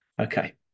Okay